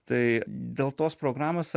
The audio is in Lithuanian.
tai dėl tos programos